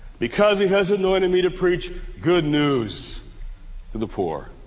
because he has anointed me to preach good news to the poor.